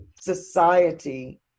society